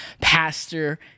Pastor